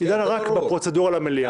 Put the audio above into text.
היא דנה רק בפרוצדורה למליאה.